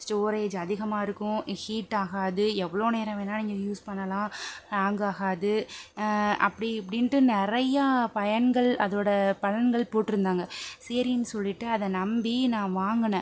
storage அதிகமாக இருக்கும் heat ஆகாது எவ்வளோ நேரம் வேண்ணா நீங்கள் யூஸ் பண்ணலாம் ஹாங் ஆகாது அப்படி இப்படின்ட்டு நிறைய பயன்கள் அதோடய பலன்கள் போட்டு இருந்தாங்க சரினு சொல்லிட்டு அதை நம்பி நான் வாங்குன